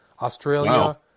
Australia